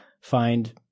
find